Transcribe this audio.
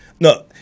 No